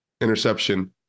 interception